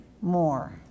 more